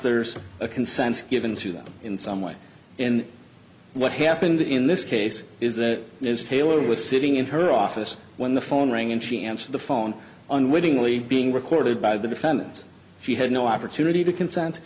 there's a consensus given to them in some way in what happened in this case is that there's taylor was sitting in her office when the phone rang and she answered the phone unwittingly being recorded by the defendant she had no opportunity to consent